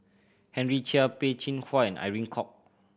Henry Chia Peh Chin Hua and Irene Khong